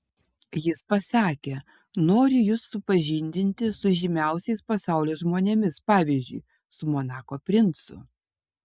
jis pasakė noriu jus supažindinti su žymiausiais pasaulio žmonėmis pavyzdžiui su monako princu